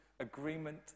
agreement